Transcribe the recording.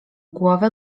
głowę